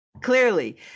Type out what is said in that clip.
Clearly